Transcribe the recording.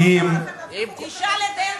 אם תשאל את אלקין,